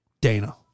Dana